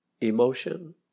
emotion